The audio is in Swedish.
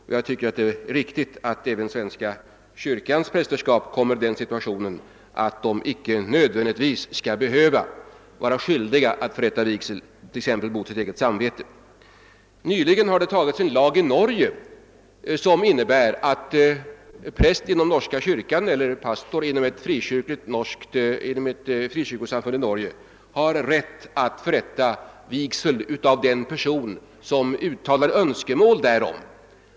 Enligt min mening är det riktigt att även svenska kyrkans präster kommer i den situationen att de inte nödvändigtvis mot sitt eget samvete skall vara skyldiga att förrätta vigsel. I Norge har man nyligen antagit en lag som innebär att präst inom norska kyrkan eller pastor inom ett frikyrkosamfund har rätt att förrätta vigsel av den person som uttalar önskemål därom.